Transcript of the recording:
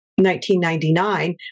1999